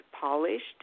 polished